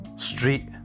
Street